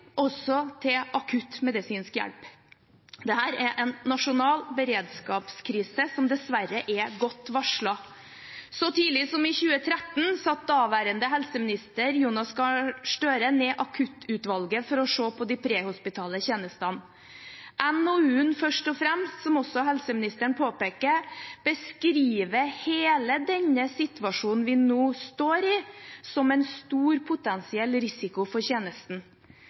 også akutt medisinsk hjelp. Dette er en nasjonal beredskapskrise, som dessverre er godt varslet. Så tidlig som i 2013 satte daværende helseminister Jonas Gahr Støre ned Akuttutvalget for å se på de prehospitale tjenestene. NOU-en Først og fremst, som helseminister nevnte, beskrev hele denne situasjonen vi nå står i, som en stor potensiell risiko for tjenesten.